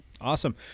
awesome